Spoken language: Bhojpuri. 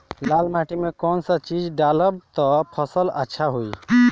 लाल माटी मे कौन चिज ढालाम त फासल अच्छा होई?